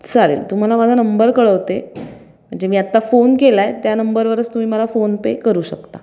चालेल तुम्हाला माझा नंबर कळवते म्हणजे मी आत्ता फोन केला आहे त्या नंबरवरच तुम्ही मला फोन पे करू शकता